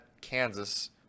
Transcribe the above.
Kansas